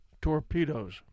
torpedoes